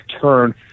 turn